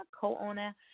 co-owner